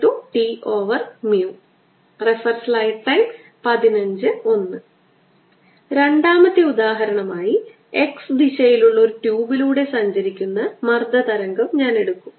x2yt2 2yx2T2yt2v2T രണ്ടാമത്തെ ഉദാഹരണമായി x ദിശയിലുള്ള ഒരു ട്യൂബിലൂടെ സഞ്ചരിക്കുന്ന മർദ്ദ തരംഗം ഞാൻ എടുക്കും